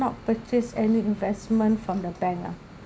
not purchased any investment from the bank lah